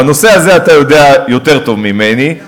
בנושא הזה אתה יודע יותר טוב ממני.